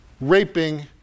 raping